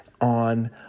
on